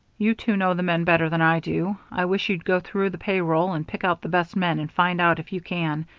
you two know the men better than i do. i wish you'd go through the pay roll and pick out the best men and find out, if you can,